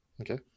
Okay